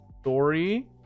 story